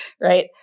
right